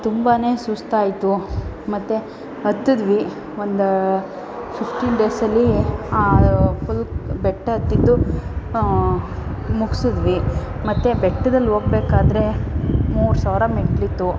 ತುಂಬ ಸುಸ್ತಾಯಿತು ಮತ್ತೆ ಹತ್ತುದ್ವಿ ಒಂದು ಫಿಫ್ಟೀನ್ ಡೇಸಲ್ಲಿ ಆ ಫುಲ್ ಬೆಟ್ಟ ಹತ್ತಿದ್ದು ಮುಗ್ಸಿದ್ವಿ ಮತ್ತು ಬೆಟ್ದಲ್ಲಿ ಹೋಗ್ಬೇಕಾದ್ರೆ ಮೂರು ಸಾವಿರ ಮೆಟ್ಟಿಲಿತ್ತು